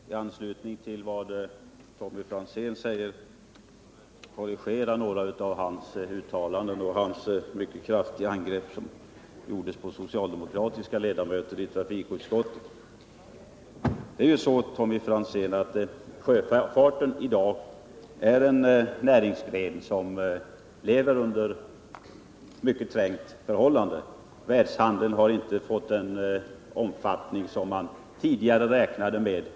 Herr talman! Jag vill i anslutning till vad Tommy Franzén säger korrigera några av hans uttalanden och hans mycket kraftiga angrepp på socialdemokratiska ledamöter i trafikutskottet. Sjöfarten är i dag, Tommy Franzén, en näringsgren som lever under mycket trängda förhållanden. Världshandeln har inte fått den omfattning som man tidigare räknade med.